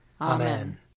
Amen